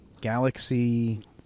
Galaxy